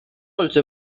also